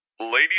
Ladies